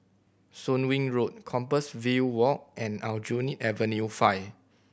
Soon Wing Road Compassvale Walk and Aljunied Avenue Five